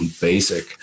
basic